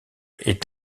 est